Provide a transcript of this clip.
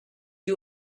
you